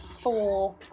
Four